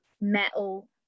metal